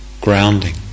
grounding